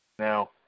Now